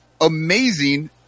amazing